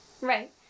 Right